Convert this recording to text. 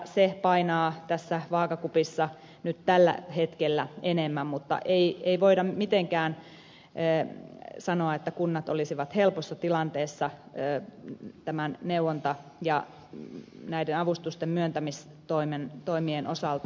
se painaa tässä vaakakupissa nyt tällä hetkellä enemmän mutta ei voida mitenkään sanoa että kunnat olisivat helpossa tilanteessa neuvonta ja avustusten myöntämistoimien osalta